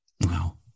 Wow